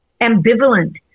ambivalent